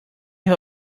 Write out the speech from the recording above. who